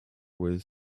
with